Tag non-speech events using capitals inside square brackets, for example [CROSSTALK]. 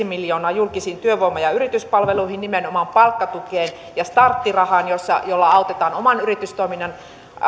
[UNINTELLIGIBLE] miljoonaa julkisiin työvoima ja yrityspalveluihin nimenomaan palkkatukeen ja starttirahaan joilla autetaan oman yritystoiminnan